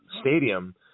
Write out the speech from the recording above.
stadium